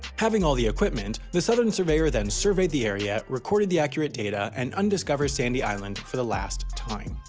having all the equipment, the southern surveyor then surveyed the area, recorded the accurate data, and undiscovered sandy island for the last time.